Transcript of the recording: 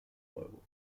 euro